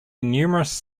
numerous